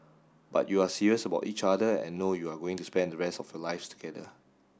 but you're serious about each other and know you're going to spend the rest of your lives together